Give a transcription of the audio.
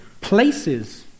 places